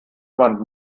man